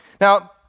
now